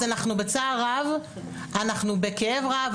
אז אנחנו בצער רב ובכאב רב,